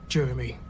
Jeremy